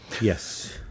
yes